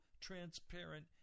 transparent